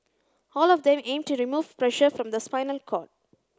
all of them aim to remove pressure from the spinal cord